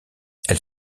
elle